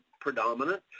predominant